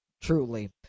truly